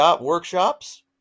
workshops